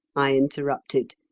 i interrupted.